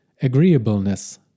Agreeableness